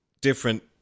different